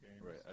Right